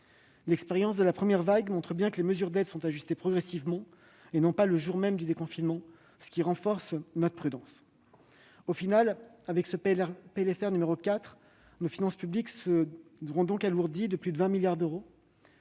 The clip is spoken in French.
l'expérience de la première vague montre que les mesures d'aide sont ajustées progressivement, et non le jour même du déconfinement, ce qui renforce notre prudence. Au bout du compte, avec ce PLFR 4, nos finances publiques s'alourdissent de plus de 20 milliards d'euros